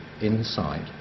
inside